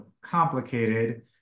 complicated